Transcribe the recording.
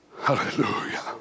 Hallelujah